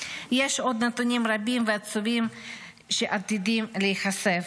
יש עוד נתונים רבים ועצובים שעתידים להיחשף.